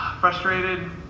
frustrated